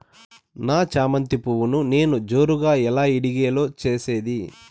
నా చామంతి పువ్వును నేను జోరుగా ఎలా ఇడిగే లో చేసేది?